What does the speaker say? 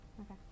okay